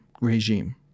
regime